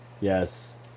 Yes